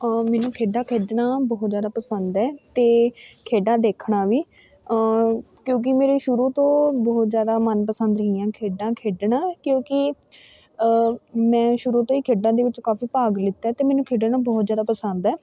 ਮੈਨੂੰ ਖੇਡਾਂ ਖੇਡਣਾ ਬਹੁਤ ਜ਼ਿਆਦਾ ਪਸੰਦ ਹੈ ਅਤੇ ਖੇਡਾਂ ਦੇਖਣਾ ਵੀ ਕਿਉਂਕਿ ਮੇਰੇ ਸ਼ੁਰੂ ਤੋਂ ਬਹੁਤ ਜ਼ਿਆਦਾ ਮਨਪਸੰਦ ਰਹੀਆਂ ਖੇਡਾਂ ਖੇਡਣਾ ਕਿਉਂਕਿ ਮੈਂ ਸ਼ੁਰੂ ਤੋਂ ਹੀ ਖੇਡਾਂ ਦੇ ਵਿੱਚ ਕਾਫੀ ਭਾਗ ਲਿੱਤਾ ਅਤੇ ਮੈਨੂੰ ਖੇਡਣਾ ਬਹੁਤ ਜ਼ਿਆਦਾ ਪਸੰਦ ਹੈ